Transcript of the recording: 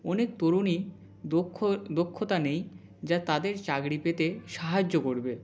অনেক তরুণী দক্ষ দক্ষতা নেই যা তাদের চাকরি পেতে সাহায্য করবে